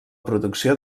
producció